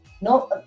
no